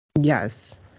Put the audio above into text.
Yes